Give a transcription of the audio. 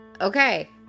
Okay